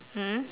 mm